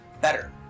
better